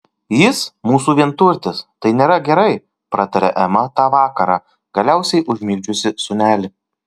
jis mūsų vienturtis tai nėra gerai pratarė ema tą vakarą galiausiai užmigdžiusi sūnelį